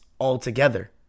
altogether